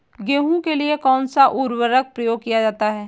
गेहूँ के लिए कौनसा उर्वरक प्रयोग किया जाता है?